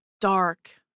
dark